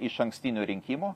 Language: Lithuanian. išankstinių rinkimų